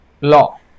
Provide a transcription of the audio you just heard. law